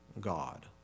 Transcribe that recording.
God